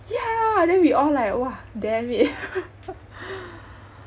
yeah lah then we all like !wah! damn it